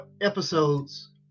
episodes